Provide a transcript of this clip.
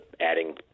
adding